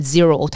Zero